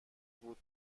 بود